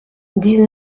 dix